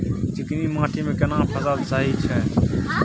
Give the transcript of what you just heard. चिकनी माटी मे केना फसल सही छै?